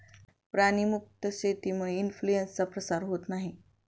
प्राणी मुक्त शेतीमुळे इन्फ्लूएन्झाचा प्रसार होत नाही